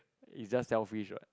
it just selfish what